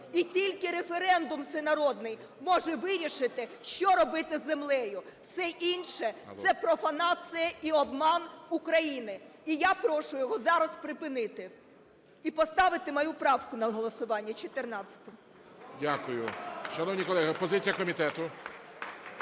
І тільки референдум всенародний може вирішити, що робити з землею, все інше – це профанація і обман України. І я прошу його зараз припинити, і поставити мою правку на голосування, 14. ГОЛОВУЮЧИЙ. Дякую. Шановні колеги, позиція комітету?